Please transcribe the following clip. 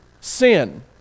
sin